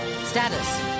Status